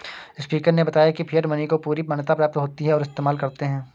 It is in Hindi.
स्पीकर ने बताया की फिएट मनी को पूरी मान्यता प्राप्त होती है और इस्तेमाल करते है